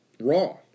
raw